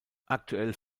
aktuell